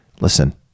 listen